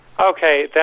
Okay